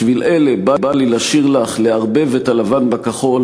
// בשביל אלה בא לי לשיר לך / לערבב את הלבן בכחול